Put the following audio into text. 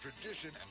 Tradition